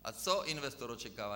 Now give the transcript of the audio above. A co investor očekává?